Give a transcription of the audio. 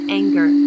anger